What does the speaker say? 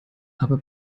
aber